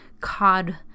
cod-